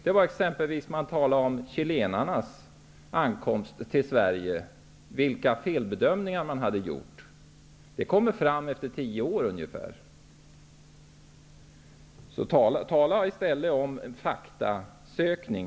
När det exempelvis gällde chilenarnas ankomst till Sverige talade man om vilka felbedömningar man hade gjort -- men det gjorde man efter tio år. Tala i stället om faktasökning.